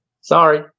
Sorry